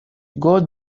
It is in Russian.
год